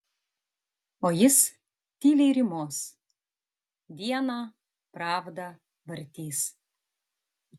o jis tyliai rymos dieną pravdą vartys